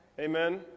Amen